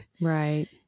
Right